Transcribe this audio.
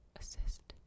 assist